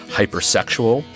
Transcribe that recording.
hypersexual